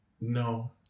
No